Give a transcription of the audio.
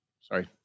sorry